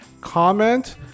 comment